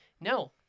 No